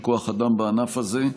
של כוח אדם בענף הזה.